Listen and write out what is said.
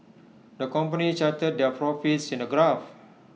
the company charted their profits in A graph